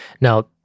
Now